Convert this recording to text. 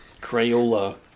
Crayola